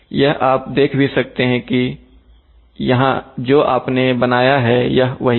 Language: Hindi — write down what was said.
यह आप देख भी सकते हैं कि जो आपने बनाया है यह वही है